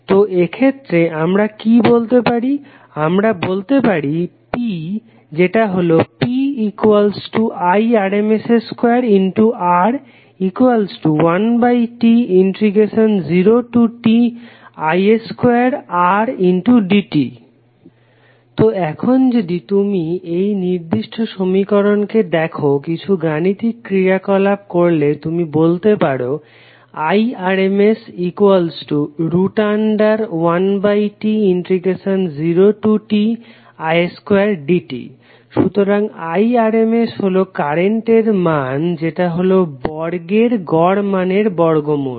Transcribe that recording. তো এক্ষেত্রে আমরা কি বলতে পারি আমরা বলতে পারি P যেটা হলো PIrms2R1T0Ti2Rdt তো এখন যদি তুমি এই নির্দিষ্ট সমীকরণকে দেখো কিছু গাণিতিক ক্রিয়াকলাপ করলে তুমি বলতে পারো Irms1T0Ti2dt সুতরাং Irms হলো কারেন্টের মান যেটা হলো বর্গের গড় মানের বর্গমূল